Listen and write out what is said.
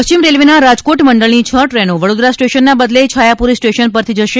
પશ્ચિમ રેલવેના રાજકોટ મંડળની છ ટ્રેનો વડોદરા સ્ટેશનના બદલે છાયાપુરી સ્ટેશન પરથી જશે